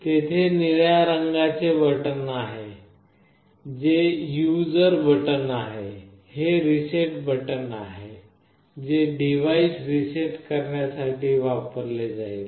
तेथे निळ्या रंगाचे बटण आहे जे युझर बटण आहे हे रीसेट बटण आहे जे डिव्हाइस रीसेट करण्यासाठी वापरले जाईल